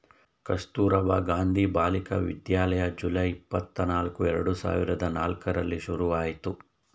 ಕಸ್ತೂರಬಾ ಗಾಂಧಿ ಬಾಲಿಕ ವಿದ್ಯಾಲಯ ಜುಲೈ, ಇಪ್ಪತನಲ್ಕ್ರ ಎರಡು ಸಾವಿರದ ನಾಲ್ಕರಲ್ಲಿ ಶುರುವಾಯ್ತು